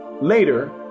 Later